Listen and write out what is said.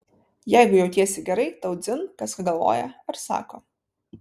jeigu jautiesi gerai tau dzin kas ką galvoja ar sako